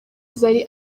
zari